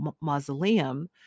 mausoleum